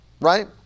right